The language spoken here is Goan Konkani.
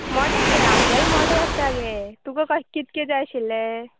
मोटे गे आमगेले मोटे आसता गे तुका क कितके जाय आशिल्ले